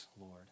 Lord